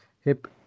hip